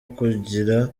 kugira